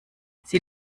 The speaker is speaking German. sie